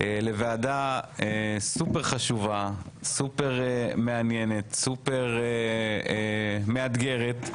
לוועדה סופר חשובה, סופר מעניינת, סופר מאתגרת,